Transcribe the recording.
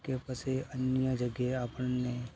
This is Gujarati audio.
કે પછી અન્ય જગ્યાએ આપણને